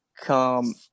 come